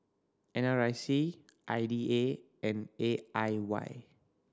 N R I C I D A and A I Y